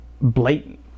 blatant